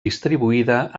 distribuïda